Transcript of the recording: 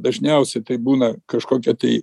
dažniausiai tai būna kažkokia tai